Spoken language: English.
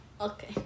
Okay